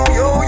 yo